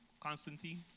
Constantine